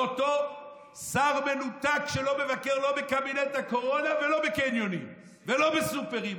אותו שר מנותק שלא מבקר לא בקבינט הקורונה ולא בקניונים ולא בסופרים,